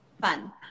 Fun